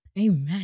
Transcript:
Amen